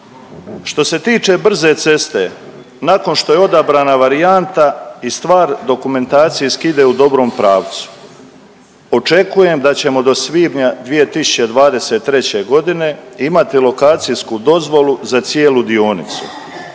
Što se tiče brze ceste nakon što je odabrana varijanta i stvar dokumentacije ide u dobrom pravcu očekujem da ćemo do svibnja 2023. godine imati lokacijsku dozvolu za cijelu dionicu,